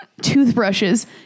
toothbrushes